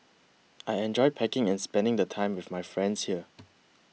I enjoy packing and spending the time with my friends here